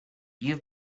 you